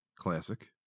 classic